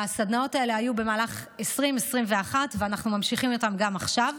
הסדנאות האלה היו במהלך 2021 ואנחנו ממשיכים אותן גם עכשיו.